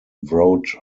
wrote